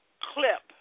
clip